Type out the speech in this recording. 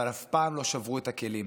אבל אף פעם לא שברו את הכלים,